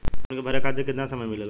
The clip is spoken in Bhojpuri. लोन के भरे खातिर कितना समय मिलेला?